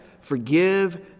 forgive